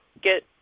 get